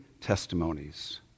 testimonies